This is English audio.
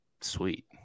Sweet